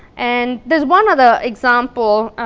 and there is one other example